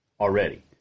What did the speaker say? already